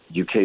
UK